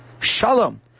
Shalom